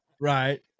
Right